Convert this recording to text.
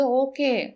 okay